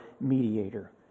mediator